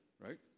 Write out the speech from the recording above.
right